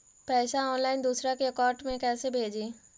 पैसा ऑनलाइन दूसरा के अकाउंट में कैसे भेजी?